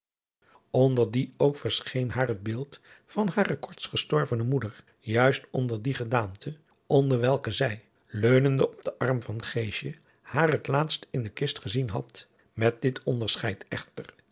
onder die ook verscheen haar het beeld van hare korts gestorvene moeder juist onder die gedaante onder welke zij leunende op den arm van geesje haar het laatst in de kist gezien had met dit onderscheid echter